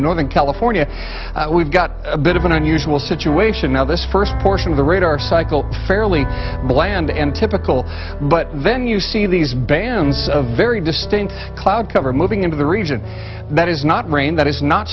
northern california we've got a bit of an unusual situation now this first portion of the radar cycle fairly bland and typical but then you see these bands of very distant cloud cover moving into the region that is not rain that is not